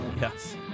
Yes